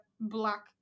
black